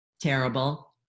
terrible